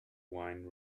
wine